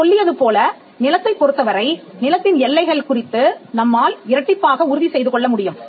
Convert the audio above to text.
நான் சொல்லியது போல நிலத்தைப் பொறுத்தவரை நிலத்தின் எல்லைகள் குறித்து நம்மால் இரட்டிப்பாக உறுதி செய்துகொள்ள முடியும்